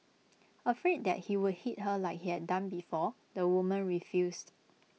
afraid that he would hit her like he had done before the woman refused